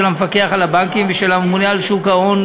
המפקח על הבנקים ושל הממונה על שוק ההון,